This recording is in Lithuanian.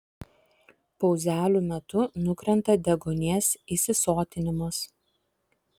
pauzelių metu nukrenta deguonies įsisotinimas